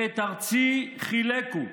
"ואת ארצי חילקו".